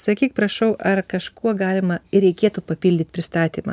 sakyk prašau ar kažkuo galima ir reikėtų papildyt pristatymą